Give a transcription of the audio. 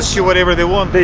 you whatever they want they